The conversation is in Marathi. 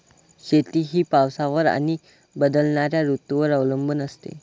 शेती ही पावसावर आणि बदलणाऱ्या ऋतूंवर अवलंबून असते